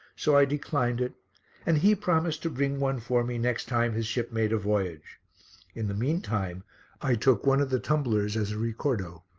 so i declined it and he promised to bring one for me next time his ship made a voyage in the meantime i took one of the tumblers as a ricordo.